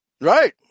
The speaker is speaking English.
Right